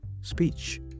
speech